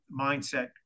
mindset